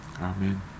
Amen